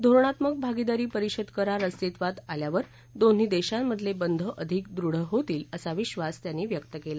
धोरणात्मक भागीदारी परिषद करार अस्तित्वात आल्यावरं दोन्ही देशांमधले बंध अधिक वृढ होतील असा विश्वास त्यांनी व्यक्त केला